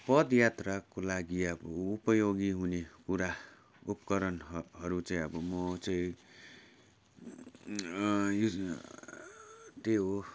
पदयात्राको लागि चाहिँ अब उपयोगी हुने कुरा उपकरणहरू चाहिँ अब म चाहिँ युज त्यही हो अब